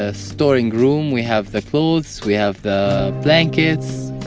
ah storing room, we have the clothes, we have the blankets.